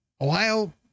ohio